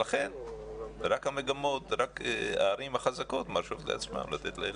לכן רק הערים החזקות מרשות לעצמן לתת לילדים.